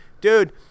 dude